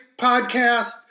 Podcast